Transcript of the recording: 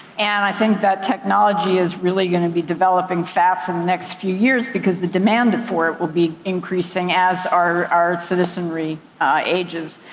and i think that technology is really going to be developing fast in the next few years, because the demand for it will be increasing as our our citizenry ages.